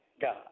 God